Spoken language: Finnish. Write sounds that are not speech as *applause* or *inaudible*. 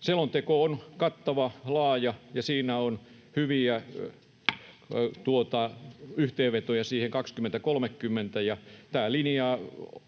Selonteko on kattava, laaja, ja siinä on hyviä *noise* yhteenvetoja vuoteen 2030. Tämä linjaa